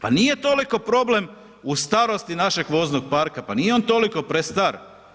Pa nije toliko problem u starosti našeg voznog parka, pa nije on toliko prestar.